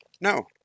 No